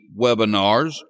webinars